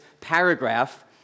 paragraph